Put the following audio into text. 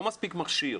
לא מספיק מכשיר.